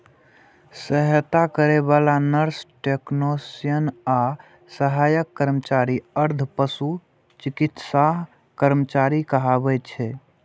सहायता करै बला नर्स, टेक्नेशियन आ सहायक कर्मचारी अर्ध पशु चिकित्सा कर्मचारी कहाबै छै